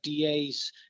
DAs